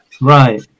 right